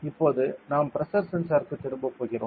இப்போது நாம் பிரஷர் சென்சார்க்கு திரும்ப போகிறோம்